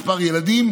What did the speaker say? מספר ילדים,